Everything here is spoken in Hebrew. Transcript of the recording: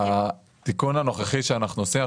בתיקון הנוכחי שאנחנו עושים,